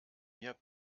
mir